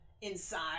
inside